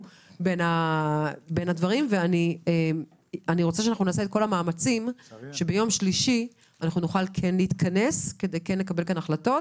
אני רוצה שנעשה את כל המאמצים שביום שלישי נוכל להתכנס כדי לקבל החלטות,